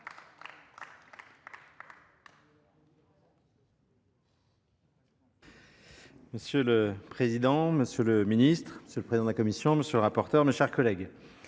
Monsieur le président, monsieur le ministre, monsieur le président de la commission, monsieur le rapporteur, mes chers collègues,